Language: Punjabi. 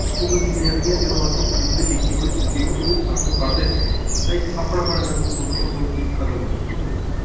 ਸੁੱਖ ਦਿੰਦੀਆਂ ਸੀਗੀਆਂ ਜਦੋਂ ਅਸੀਂ ਇੱਕ ਦੂਜੇ ਦੀ ਲਿਖੀ ਹੋਈ ਚਿੱਠੀ ਨੂੰ ਉਹਦੇ ਹੱਥ ਨੂੰ ਪੜ੍ਹਦੇ ਤੇ ਤਾਂ ਇੱਕ ਆਪਣਾਪਣ ਮਹਿਸੂਸ ਹੁੰਦਾ ਤਾ ਹੁਣ ਉਹ ਚੀਜ਼ ਖਤਮ ਹੋ ਚੁੱਕੀ ਹੈ ਸਮਾਜ 'ਚੋਂ